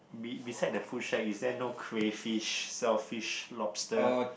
be beside the food shack is there no crayfish shellfish lobster